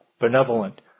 benevolent